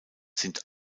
sind